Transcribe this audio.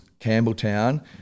Campbelltown